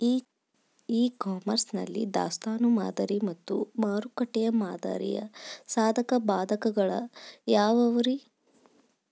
E commerce ನಲ್ಲಿ ದಾಸ್ತಾನು ಮಾದರಿ ಮತ್ತ ಮಾರುಕಟ್ಟೆ ಮಾದರಿಯ ಸಾಧಕ ಬಾಧಕಗಳ ಯಾವವುರೇ?